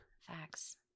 Facts